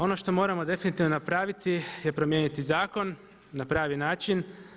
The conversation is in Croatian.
Ono što moramo definitivno napraviti je promijeniti zakon na prvi način.